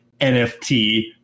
NFT